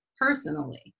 personally